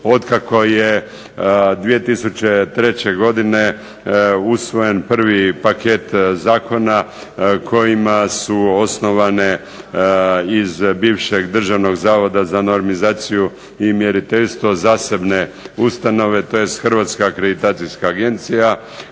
otkako je 2003. godine usvojen prvi paket zakona kojima su osnovane iz bivšeg Državnog zavoda za normizaciju i mjeriteljstvo zasebne ustanove, tj. Hrvatska akreditacijska agencija,